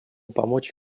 помочь